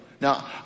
Now